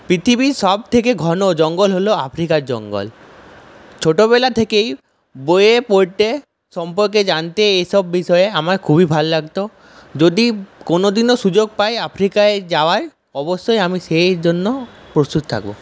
পৃথিবীর সবথেকে ঘন জঙ্গল হল আফ্রিকার জঙ্গল ছোটবেলা থেকেই বইয়ে পড়তে সম্পর্কে জানতে এইসব বিষয়ে আমার খুবই ভাল লাগত যদি কোনোদিনও সুযোগ পাই আফ্রিকায় যাওয়ার অবশ্যই আমি সেই জন্য প্রস্তুত থাকব